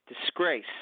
disgrace